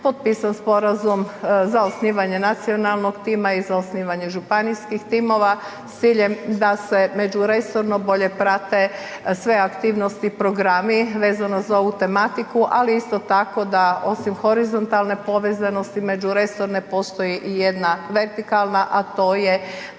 potpisan sporazum za osnivanje nacionalnog tima i za osnivanje županijskih timova s ciljem da se međuresorno bolje prate sve aktivnosti, programi, vezano za ovu tematiku, ali isto tako da osim horizontalne povezanosti međuresorne, postoji i jedna vertikalna, a to je